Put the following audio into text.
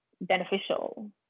beneficial